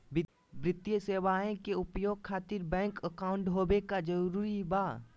वित्तीय सेवाएं के उपयोग खातिर बैंक अकाउंट होबे का जरूरी बा?